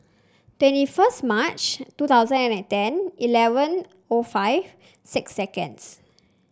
twenty first March two thousand and ten eleven O five six sconds